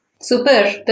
Super